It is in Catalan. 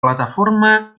plataforma